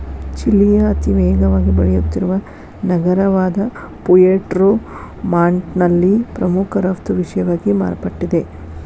ಚಿಲಿಯ ಅತಿವೇಗವಾಗಿ ಬೆಳೆಯುತ್ತಿರುವ ನಗರವಾದಪುಯೆರ್ಟೊ ಮಾಂಟ್ನಲ್ಲಿ ಪ್ರಮುಖ ರಫ್ತು ವಿಷಯವಾಗಿ ಮಾರ್ಪಟ್ಟಿದೆ